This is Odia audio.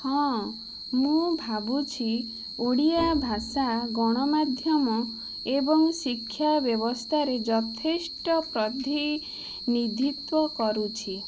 ହଁ ମୁଁ ଭାବୁଛି ଓଡ଼ିଆ ଭାଷା ଗଣମାଧ୍ୟମ ଏବଂ ଶିକ୍ଷା ବ୍ୟବସ୍ତାରେ ଯଥେଷ୍ଟ ପ୍ରତିନିଧିତ୍ୱ କରୁଛି